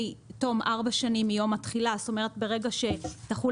מארבע שנים מיום התחילה זאת אומרת ברגע שתחול